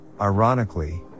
ironically